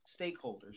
stakeholders